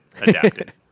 Adapted